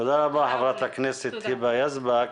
תודה רבה, חברת הכנסת היבה יזבק.